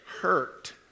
hurt